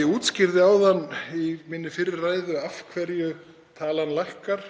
Ég útskýrði áðan í fyrri ræðu af hverju talan lækkar